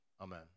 Amen